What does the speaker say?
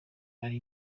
ari